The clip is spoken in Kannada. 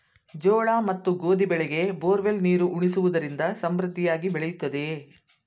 ಜೋಳ ಮತ್ತು ಗೋಧಿ ಬೆಳೆಗೆ ಬೋರ್ವೆಲ್ ನೀರು ಉಣಿಸುವುದರಿಂದ ಸಮೃದ್ಧಿಯಾಗಿ ಬೆಳೆಯುತ್ತದೆಯೇ?